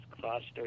cluster